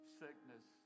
sickness